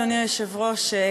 אדוני היושב-ראש,